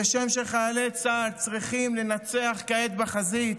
כשם שחיילי צה"ל צריכים לנצח כעת בחזית,